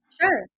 Sure